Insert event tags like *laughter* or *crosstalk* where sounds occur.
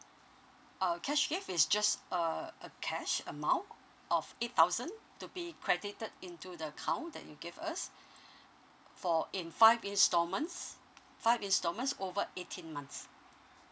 uh cash gift is just uh a cash amount of eight thousand to be credited into the account that you gave us *breath* for in five installments five installments over eighteen months